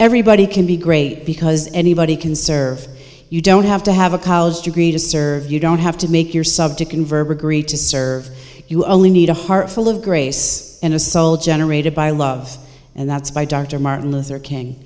everybody can be great because anybody can serve you don't have to have a college degree to serve you don't have to make your subject and verb agree to serve you only need a heart full of grace and a soul generated by love and that's by dr martin luther king